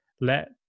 let